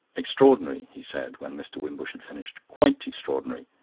extraordinary! he said, when mr. wimbush had finished quite extraordinary!